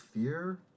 fear